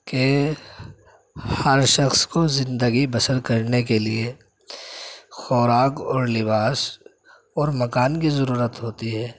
کہ ہر شخص کو زندگی بسر کرنے کے لیے خوراک اور لباس اور مکان کی ضرورت ہوتی ہے